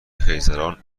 خیزران